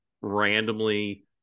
randomly